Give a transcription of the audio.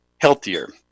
healthier